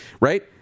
right